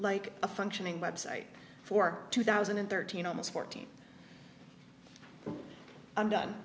like a functioning website for two thousand and thirteen almost fourteen i'm done